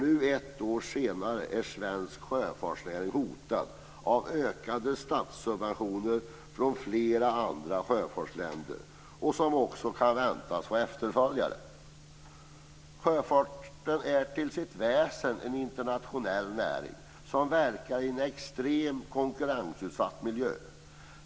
Nu, ett år senare, är nämligen svensk sjöfartsnäring hotad av ökade statssubventioner i flera andra sjöfartsländer, som också kan väntas få efterföljare. Sjöfarten är till sitt väsen en internationell näring som verkar i en extrem, konkurrensutsatt miljö.